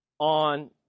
on